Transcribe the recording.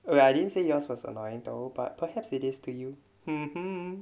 where I didn't say yours was annoying though but perhaps it is to you